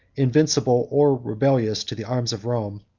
invincible, or rebellious, to the arms of rome,